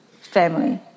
family